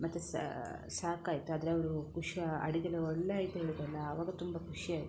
ಮತ್ತು ಸಾಕಾಯ್ತು ಆದರೆ ಅವರೂ ಖುಷಿ ಅಡುಗೆ ಎಲ್ಲ ಒಳ್ಳೆಯ ಆಯಿತು ಹೇಳಿದರಲ್ಲ ಅವಾಗ ತುಂಬ ಖುಷಿ ಆಯಿತು